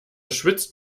schwitzt